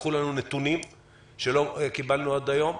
הובטחו לנו נתונים שלא קיבלנו עד היום.